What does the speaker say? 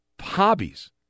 hobbies